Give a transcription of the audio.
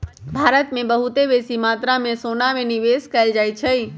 भारत में बहुते बेशी मत्रा में सोना में निवेश कएल जाइ छइ